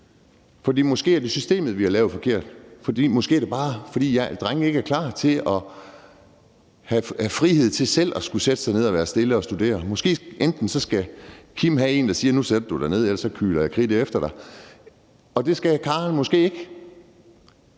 igen. Måske er det systemet, vi har lavet forkert, for måske er det bare, fordi drenge ikke er klar til at have frihed til selv at skulle sætte sig ned og være stille og studere. Måske skal Kim have en, der siger: Nu sætter du dig ned, ellers kyler jeg kridtet efter dig. Men det skal Karen måske ikke.